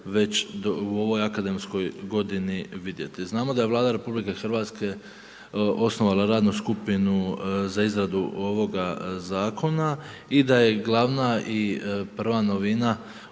već u ovoj akademskoj godini vidjeti. Znamo da je Vlada RH osnovala radnu skupinu za izradu ovoga zakona i da je glavna i prva novina